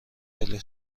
خیلی